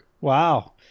Wow